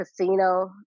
Casino